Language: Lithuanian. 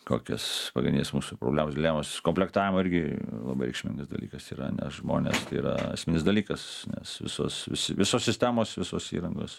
kokios pagrindinės mūsų problemos dilemos komplektavo irgi labai reikšmingas dalykas yra nes žmonės tai yra esminis dalykas nes visos visi visos sistemos visos įrangos